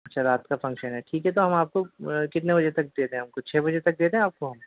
اچھا رات کا فنکشن ہے ٹھیک ہے تو ہم آپ کو کتنے بجے تک دے دیں آپ کو چھ بجے تک دے دیں آپ کو ہم